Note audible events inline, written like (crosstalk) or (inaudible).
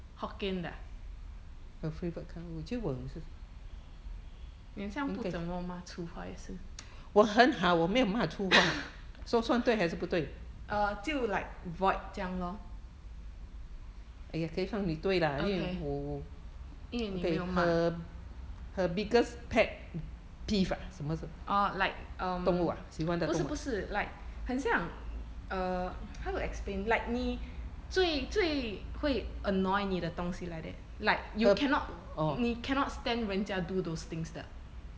hokkien 的啊你很像不怎么骂粗话也是 (laughs) uh 就 like void 这样 loh okay 因为你没有骂 orh like um 不是不是 like 很像 err how to explain like 你最最会 annoy 你的东西 like that like you cannot 你 cannot stand 人家 do those things 的